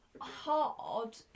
hard